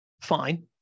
fine